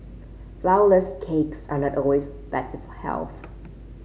flourless cakes are not always better for health